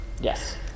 Yes